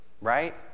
right